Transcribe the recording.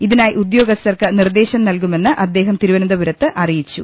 ഇതിനായി ഉദ്യോ ഗസ്ഥർക്ക് നിർദ്ദേശം നൽകുമെന്ന് അദ്ദേഹം തിരുവനന്തപുരത്ത് അറിയി ച്ചു